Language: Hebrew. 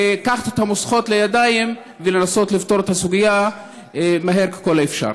לקחת את המושכות לידיים ולנסות לפתור את הסוגיה מהר ככל האפשר.